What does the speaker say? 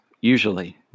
Usually